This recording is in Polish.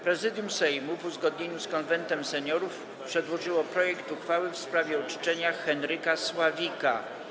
Prezydium Sejmu, w uzgodnieniu z Konwentem Seniorów, przedłożyło projekt uchwały w sprawie uczczenia Henryka Sławika.